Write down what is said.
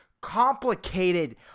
complicated